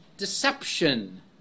deception